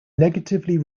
negatively